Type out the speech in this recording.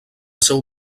seu